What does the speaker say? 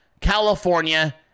California